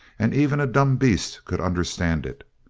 and even a dumb beast could understand it.